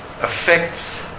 affects